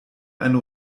eine